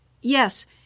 Yes